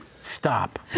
Stop